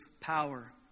power